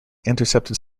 intercepted